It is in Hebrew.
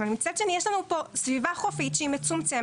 אבל מצד שני יש לנו פה סביבה חופית שהיא מצומצמת,